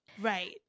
Right